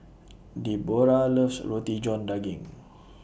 Debora loves Roti John Daging